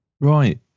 Right